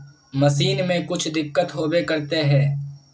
Machine में कुछ दिक्कत होबे करते है?